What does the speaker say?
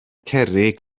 cerrig